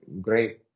great